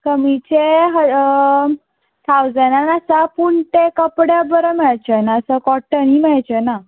कमिचे हय ठावजनान आसा पूण ते कपडे बरे मेळचेना असो कॉटन बी मेळचेना